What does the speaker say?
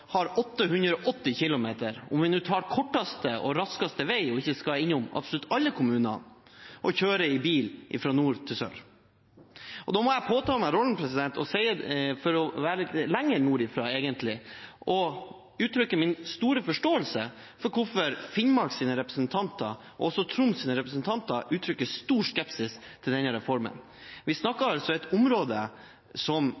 har 880 kilometer – om vi tar korteste og raskeste vei og ikke skal innom absolutt alle kommunene – å kjøre i bil fra nord til sør. Og jeg må påta meg rollen å være egentlig litt lenger nordfra og uttrykke min store forståelse for hvorfor Finnmarks representanter og Troms’ representanter uttrykker stor skepsis til denne reformen. Vi snakker altså om et område som